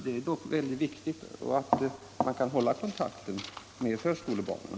Det är dock viktigt att man kan hålla kontakt med förskolebarnen.